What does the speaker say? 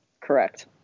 Correct